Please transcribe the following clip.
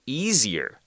easier